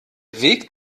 weg